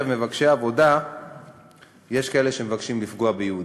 מבקשי עבודה יש כאלה שמבקשים לפגוע ביהודים.